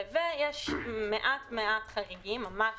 ויש מעט מעט חריגים, ממש